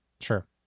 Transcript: Sure